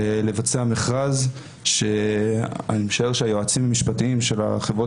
לבצע מכרז שאני משער שהיועצים המשפטיים של החברות